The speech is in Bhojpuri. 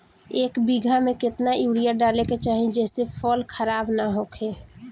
एक बीघा में केतना यूरिया डाले के चाहि जेसे फसल खराब ना होख?